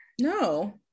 No